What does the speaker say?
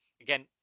Again